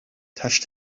touched